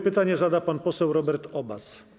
Pytanie zada pan poseł Robert Obaz.